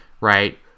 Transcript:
right